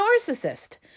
narcissist